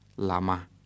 Lama